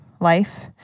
life